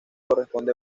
corresponde